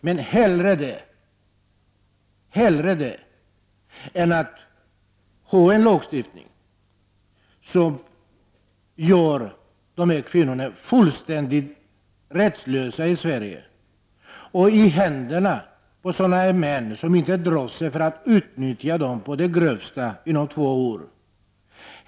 Men hellre det än att ha en lagstiftning som gör dessa kvinnor fullständigt rättslösa i Sverige, i händerna på sådana män som inte drar sig för att utnyttja dessa kvinnor å det grövsta under två år.